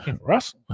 Russ